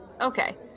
Okay